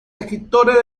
escritores